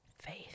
faith